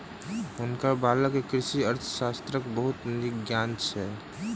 हुनकर बालक के कृषि अर्थशास्त्रक बहुत नीक ज्ञान छल